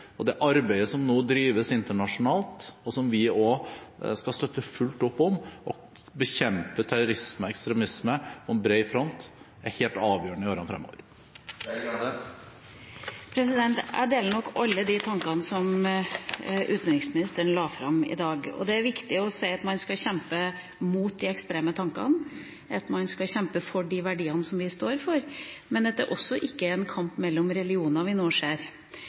Det arbeidet som nå drives internasjonalt, og som vi også skal støtte fullt opp om, å bekjempe terrorisme og ekstremisme på bred front, er helt avgjørende i årene fremover. Jeg deler nok alle de tankene som utenriksministeren la fram i dag. Det er viktig å si at man skal kjempe mot de ekstreme tankene, at man skal kjempe for de verdiene som vi står for, men også at det ikke er en kamp mellom religioner vi nå ser.